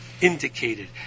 indicated